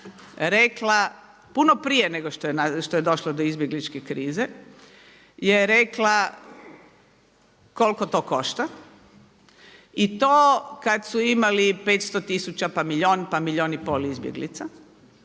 rekla puno prije nego što je došlo do izbjegličke krize koliko to košta i to kad su imali 500 tisuća pa milijun pa milijun i pol izbjeglica